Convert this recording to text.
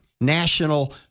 National